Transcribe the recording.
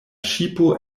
ŝipo